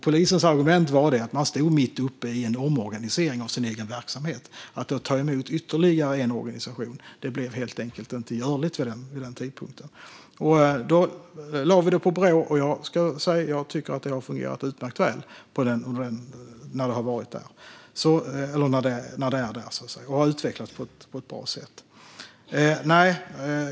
Polisens argument var att den stod mitt uppe i en omorganisering av verksamheten och att då ta emot ytterligare en organisation var vid den tidpunkten inte görligt. Vi lade det på Brå, och det fungerar utmärkt väl och utvecklas på ett bra sätt.